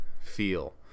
feel